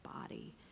body